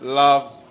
loves